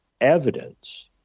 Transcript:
evidence